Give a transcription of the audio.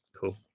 Cool